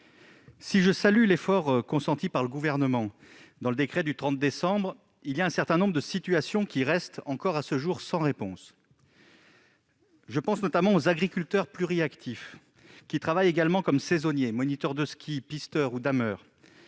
Si je salue l'effort consenti par le Gouvernement dans le décret du 30 décembre, un certain nombre de situations restent encore à ce jour sans réponse. Je pense notamment aux agriculteurs pluriactifs, qui travaillent également comme saisonniers : moniteurs de ski, pisteurs ou dameurs.